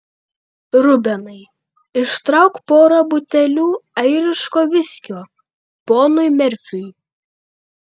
rubenai ištrauk porą butelių airiško viskio ponui merfiui